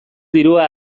dirua